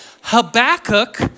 Habakkuk